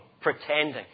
pretending